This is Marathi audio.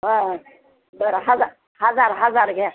हां बरं हजार हजार हजार घ्या